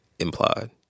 implied